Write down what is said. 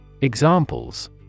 Examples